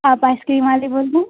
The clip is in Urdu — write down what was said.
آپ آئس کریم والے بول رہے ہیں